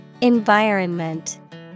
Environment